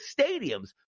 stadiums